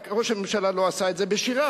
רק ראש הממשלה לא עשה את זה בשירה,